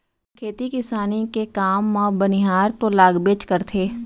खेती किसानी के काम म बनिहार तो लागबेच करथे